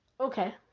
Okay